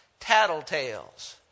Tattletales